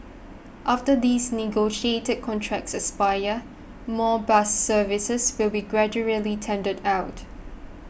after these negotiated contracts expire more bus services will be gradually tendered out